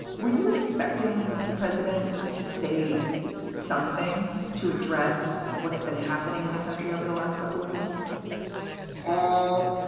were you expecting the president to say something to address what's been happening in the country over the last couple of weeks or.